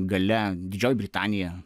galia didžioji britanija